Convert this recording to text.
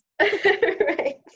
Right